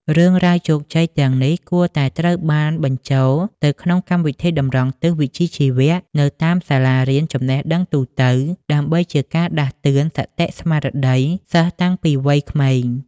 រឿងរ៉ាវជោគជ័យទាំងនេះគួរតែត្រូវបានបញ្ចូលទៅក្នុងកម្មវិធីតម្រង់ទិសវិជ្ជាជីវៈនៅតាមសាលារៀនចំណេះទូទៅ ដើម្បីជាការដាស់តឿនសតិស្មារតីសិស្សតាំងពីវ័យក្មេង។